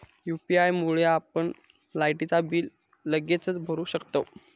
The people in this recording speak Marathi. यू.पी.आय मुळे आपण लायटीचा बिल लगेचच भरू शकतंव